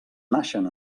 naixen